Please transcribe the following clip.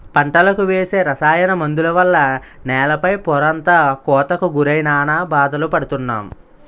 పంటలకు వేసే రసాయన మందుల వల్ల నేల పై పొరంతా కోతకు గురై నానా బాధలు పడుతున్నాం